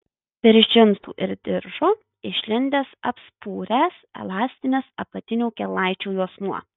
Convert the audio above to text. virš džinsų ir diržo išlindęs apspuręs elastinis apatinių kelnaičių juosmuo